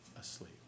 asleep